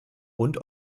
und